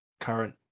current